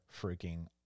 freaking